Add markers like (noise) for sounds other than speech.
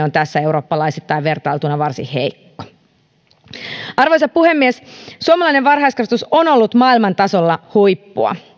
(unintelligible) on tässä eurooppalaisittain vertailtuna varsin heikko arvoisa puhemies suomalainen varhaiskasvatus on ollut maailman tasolla huippua